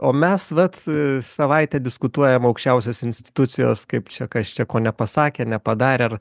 o mes vat savaitę diskutuojam aukščiausios institucijos kaip čia kas čia ko nepasakė nepadarė ar